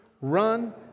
Run